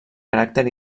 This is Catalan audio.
caràcter